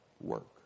work